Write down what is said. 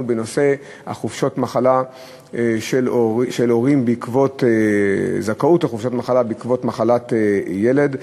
בנושא חופשות מחלה של הורים או זכאות לחופשת מחלה בעקבות מחלת ילד.